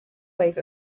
wave